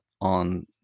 on